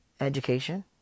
education